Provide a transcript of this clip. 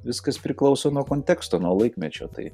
viskas priklauso nuo konteksto nuo laikmečio tai